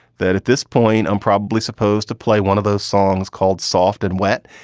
that at this point i'm probably supposed to play one of those songs called soft and wet.